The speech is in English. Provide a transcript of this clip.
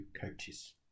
coaches